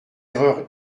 erreurs